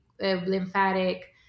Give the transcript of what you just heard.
lymphatic